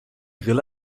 grill